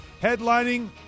Headlining